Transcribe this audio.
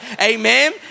Amen